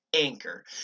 anchor